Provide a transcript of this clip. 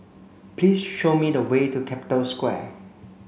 please show me the way to Capital Square